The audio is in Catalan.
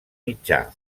mitjà